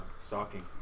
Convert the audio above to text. stocking